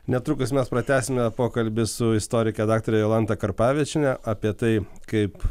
netrukus mes pratęsime pokalbį su istorike daktare jolanta karpavičiene apie tai kaip